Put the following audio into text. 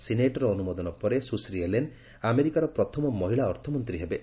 ସିନେଟ୍ର ଅନୁମୋଦନ ପରେ ସୁଶ୍ରୀ ୟେଲେନ୍ ଆମେରିକାର ପ୍ରଥମ ମହିଳା ଅର୍ଥମନ୍ତ୍ରୀ ହେବେ